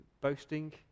boasting